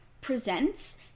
presents